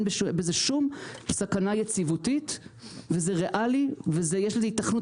אין בזה שום סכנה יציבותית וזה ריאלי ויש לזה היתכנות